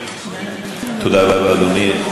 תודה רבה, אדוני.